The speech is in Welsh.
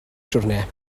siwrne